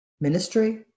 ministry